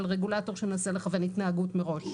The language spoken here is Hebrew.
של רגולטור שמנסה לכוון התנהגות מראש,